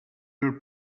your